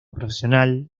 profesional